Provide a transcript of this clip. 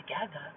together